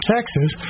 Texas